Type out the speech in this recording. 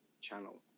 channel